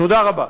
תודה רבה.